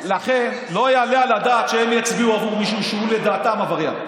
לכן לא יעלה על הדעת שהם יצביעו עבור מישהו שהוא לדעתם עבריין.